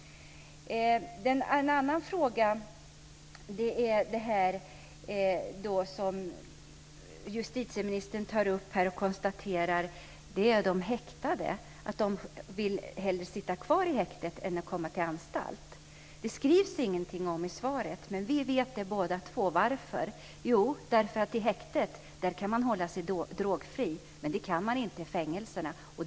En annan fråga som justitieministern tar upp är att de häktade hellre vill sitta kvar i häktet än att komma till en anstalt. Det skrivs ingenting om det i svaret, men vi vet båda två varför det är så. Det beror på att man kan hålla sig drogfri i häktet, men det kan man inte i fängelserna.